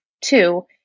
Two